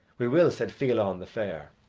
we will, said fiallan the fair.